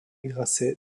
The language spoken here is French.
grasset